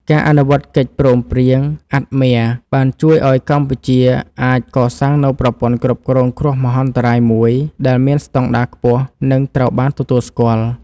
ការអនុវត្តកិច្ចព្រមព្រៀងអាត់ម៊ែរ(AADMER) បានជួយឱ្យកម្ពុជាអាចកសាងនូវប្រព័ន្ធគ្រប់គ្រងគ្រោះមហន្តរាយមួយ ដែលមានស្តង់ដារខ្ពស់ និងត្រូវបានទទួលស្គាល់។